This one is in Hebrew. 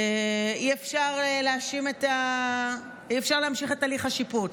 אי-אפשר להמשיך את הליך השיפוט.